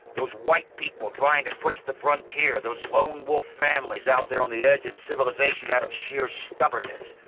those white people trying to push the frontier or those lone wolf families out there on the edge of civilisation out of sheer stubbornness.